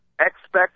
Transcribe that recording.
expect